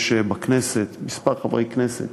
יש בכנסת כמה חברי כנסת